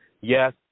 Yes